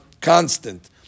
constant